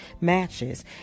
matches